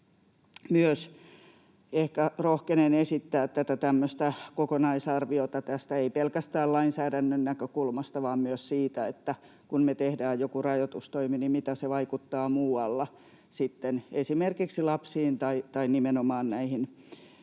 ehkä rohkenen myös esittää tämmöistä kokonaisarviota, ei pelkästään lainsäädännön näkökulmasta vaan myös siitä, että kun me tehdään joku rajoitustoimi, niin miten se vaikuttaa muualla, esimerkiksi lapsiin tai nimenomaan näihin